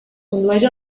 condueix